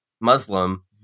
Muslim